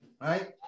right